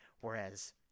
whereas